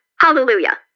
Hallelujah